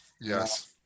yes